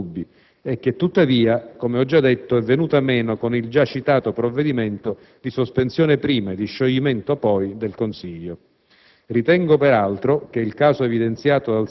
presentava indubbiamente dei profili sostanziali molto dubbi e che tuttavia, come ho già detto, è venuta meno con il già citato provvedimento di sospensione prima e di scioglimento poi del Consiglio.